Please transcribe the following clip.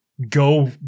go